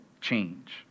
change